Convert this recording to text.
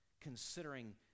considering